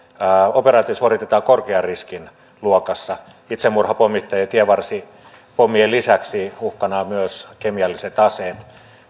operaatio suoritetaan korkean riskin luokassa itsemurhapommittajien ja tienvarsipommien lisäksi uhkana ovat myös kemialliset aseet